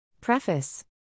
Preface